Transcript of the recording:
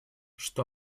что